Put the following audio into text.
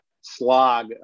slog